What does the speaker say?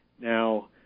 Now